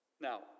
Now